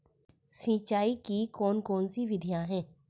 सिंचाई की कौन कौन सी विधियां हैं?